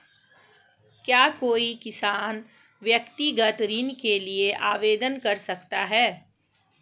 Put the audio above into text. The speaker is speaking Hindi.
क्या कोई किसान व्यक्तिगत ऋण के लिए आवेदन कर सकता है?